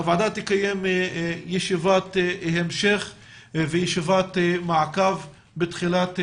הוועדה תקיים ישיבת המשך וישיבת מעקב בתחילת נובמבר.